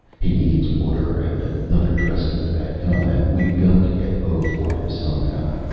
he needs water, and another dressing for that cut. and we've got to get both for him somehow.